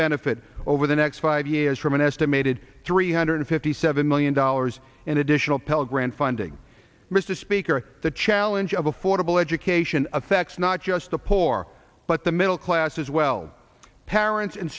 benefit over the next five years from an estimated three hundred fifty seven million dollars in additional pell grant funding mr speaker the challenge of affordable education affects not just the poor but the middle class as well parents and